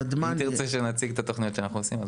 אם תרצה שנציג את התוכניות שאנחנו עושים.